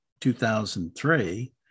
2003